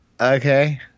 Okay